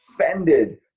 offended